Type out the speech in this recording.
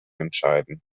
entscheiden